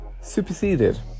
superseded